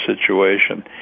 situation